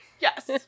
Yes